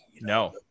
No